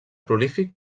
prolífic